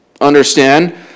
understand